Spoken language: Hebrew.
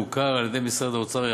שהוכר על-ידי משרד האוצר,